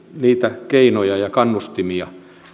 niitä keinoja ja kannustimia